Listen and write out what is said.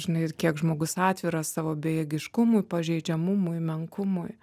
žinai ir kiek žmogus atviras savo bejėgiškumui pažeidžiamumui menkumui